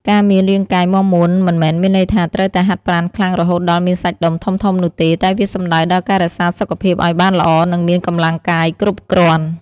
ការមានរាងកាយមាំមួនមិនមែនមានន័យថាត្រូវតែហាត់ប្រាណខ្លាំងរហូតដល់មានសាច់ដុំធំៗនោះទេ តែវាសំដៅដល់ការរក្សាសុខភាពឲ្យបានល្អ និងមានកម្លាំងកាយគ្រប់គ្រាន់។